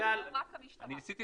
אני אומר